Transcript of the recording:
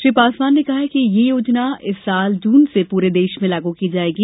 श्री पासवान ने कहा कि ये योजना इस वर्ष जून से पूरे देश में लागू की जाएगी